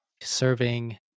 serving